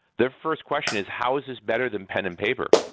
their first question is, how is this better than pen and paper?